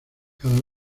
cada